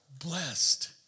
Blessed